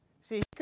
See